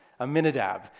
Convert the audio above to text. Aminadab